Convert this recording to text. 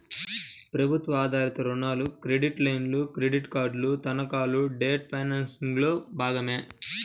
ప్రభుత్వ ఆధారిత రుణాలు, క్రెడిట్ లైన్లు, క్రెడిట్ కార్డులు, తనఖాలు డెట్ ఫైనాన్సింగ్లో భాగమే